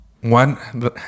one